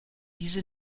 diese